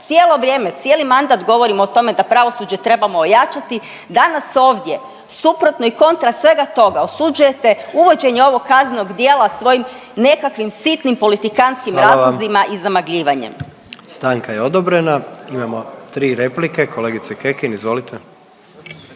cijelo vrijeme, cijeli mandat govorimo o tome da pravosuđe trebamo ojačati, danas ovdje suprotno i kontra svega toga osuđujete uvođenje ovog kaznenog djela svojim nekakvim sitnim politikantskih … .../Upadica: Hvala vam./... razlozima i zamagljivanjem. **Jandroković, Gordan (HDZ)** Stanka je odobrena. Imamo 3 replike, kolegice Kekin, izvolite.